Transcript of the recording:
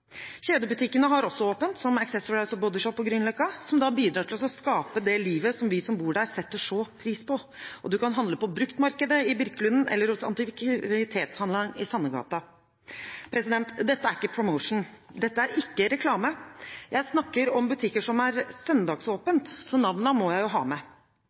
Kjedebutikkene har også åpent, som Accessorize og The Body Shop på Grünerløkka, som bidrar til å skape det livet som vi som bor der, setter så pris på. Og du kan handle på bruktmarkedet i Birkelunden eller hos antikvitetshandleren i Sannergata. Dette er ikke promotion, dette er ikke reklame. Jeg snakker om butikker som har søndagsåpent, så navnene må jeg jo ha med.